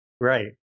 Right